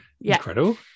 Incredible